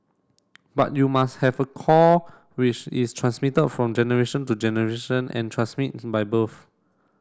but you must have a core which is transmitted from generation to generation and transmit by birth